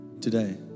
today